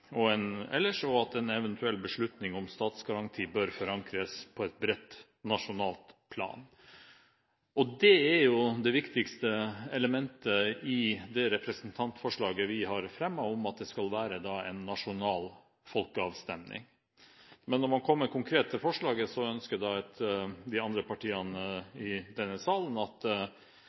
ellers, og at en eventuell beslutning om statsgaranti bør forankres på et bredt nasjonalt plan. Det er det viktigste elementet i det representantforslaget vi har fremmet, om at det skal være en nasjonal folkeavstemning. Når man kommer konkret til forslaget, ønsker ikke de andre partiene i denne salen at